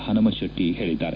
ಹನಮಶೆಟ್ಟಿ ಹೇಳಿದ್ದಾರೆ